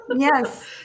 Yes